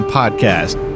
podcast